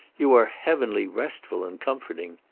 you are heavenly restful and comforting.